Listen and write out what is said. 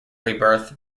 rebirth